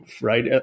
right